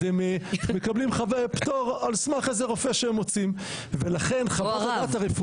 אז הם מקבלים פטור על סמך איזה רופא שהם מוצאים --- או הרב.